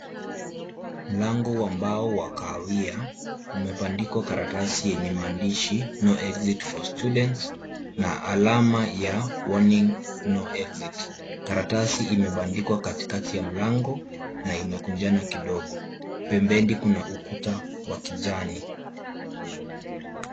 Mlango wa mbao wa kahawia umebandikwa karatasi yenye maandishi no exit for students na alama ya warning, no exit . Karatasi imebandikwa katikati ya mlango na imekunjana kidogo. Pembeni kuna ukuta wa kijani.